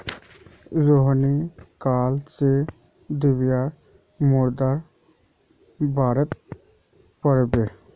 रोहिणी काल से द्रव्य मुद्रार बारेत पढ़बे